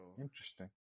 interesting